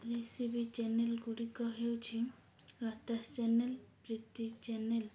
recipe channel ଗୁଡ଼ିକ ହେଉଛି ଲତାଶ ଚ୍ୟାନେଲ୍ ପ୍ରୀତି ଚ୍ୟାନେଲ୍